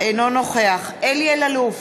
אינו נוכח אלי אלאלוף,